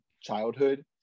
childhood